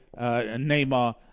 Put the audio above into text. Neymar